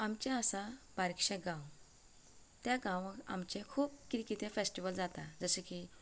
आमचें आसा बारिकशें गांव त्या गांवांत आमचे खूब कितें कितें फेस्टिवल जाता जशें की